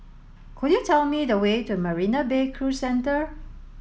could you tell me the way to Marina Bay Cruise Centre